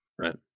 Right